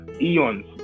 eons